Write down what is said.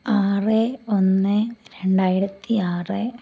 ആറ് ഒന്ന് രണ്ടായിരത്തി ആറ്